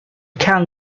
can